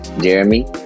Jeremy